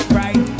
right